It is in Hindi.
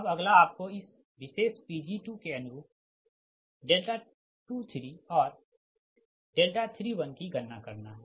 अब अगला आपको इस विशेष Pg2 के अनुरूप 23 और 31की गणना करना है